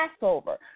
Passover